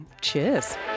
Cheers